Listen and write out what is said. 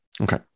Okay